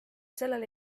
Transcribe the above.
sellele